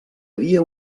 havia